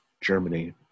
Germany